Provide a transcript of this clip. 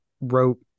wrote